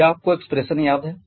क्या आपको एक्सप्रेशन याद है